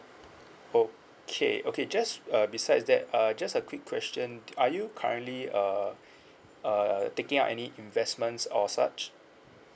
okay okay just uh besides that uh just a quick question are you currently uh uh taking out any investments or such